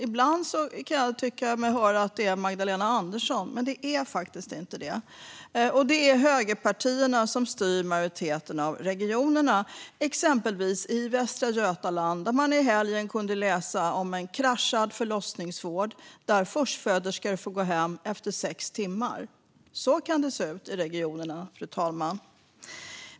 Ibland tycker jag mig höra att det är Magdalena Andersson, men det är faktiskt inte det. Och det är högerpartierna som styr majoriteten av regionerna. Ett exempel är Västra Götaland, där man i helgen kunde läsa om en kraschad förlossningsvård där förstföderskor får gå hem efter sex timmar. Så kan det se ut i regionerna, fru talman.